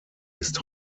ist